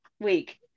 week